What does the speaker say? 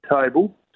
table